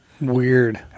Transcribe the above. Weird